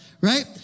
Right